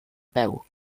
peu